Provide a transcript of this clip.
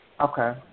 Okay